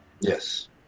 yes